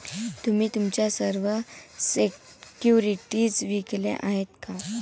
तुम्ही तुमच्या सर्व सिक्युरिटीज विकल्या आहेत का?